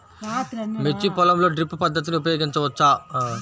మిర్చి పొలంలో డ్రిప్ పద్ధతిని ఉపయోగించవచ్చా?